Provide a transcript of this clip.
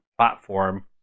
platform